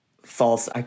false